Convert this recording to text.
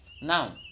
now